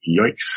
Yikes